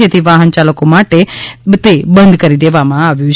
જેથી વાહનચાલકો માટે બંધ કરી દેવામાં આવ્યું છે